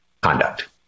conduct